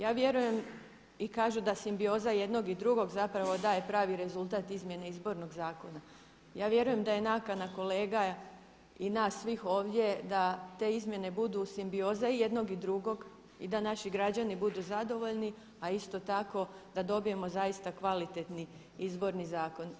Ja vjerujem, i kažu da simbioza jednog i drugog zapravo daje pravi rezultat izmjene Izbornog zakona, ja vjerujem da je nakana kolega i nas svih ovdje da te izmjene budu simbioza i jednog i drugog i da naši građani budu zadovoljni a isto tako da dobijemo zaista kvalitetni Izborni zakon.